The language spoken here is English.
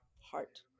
heart